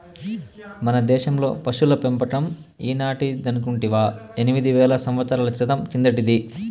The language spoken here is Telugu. మన దేశంలో పశుల పెంపకం ఈనాటిదనుకుంటివా ఎనిమిది వేల సంవత్సరాల క్రితం కిందటిది